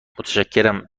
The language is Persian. متشکرم